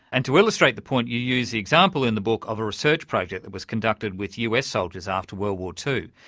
and to illustrate the point you use the example in the book of a research project that was conducted with us soldiers after world war ii.